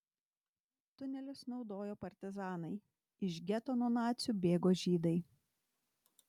tunelius naudojo partizanai iš geto nuo nacių bėgo žydai